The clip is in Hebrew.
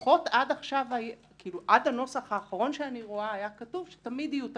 לפחות עד הנוסח האחרון שאני רואה היה כתוב שתמיד יהיו תקנות.